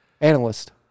Analyst